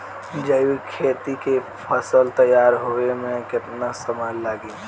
जैविक खेती के फसल तैयार होए मे केतना समय लागी?